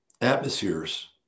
atmospheres